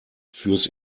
fürs